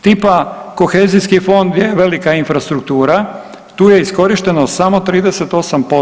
Tipa kohezijski fond je velika infrastruktura, tu je iskorišteno samo 38%